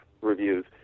reviews